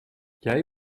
jij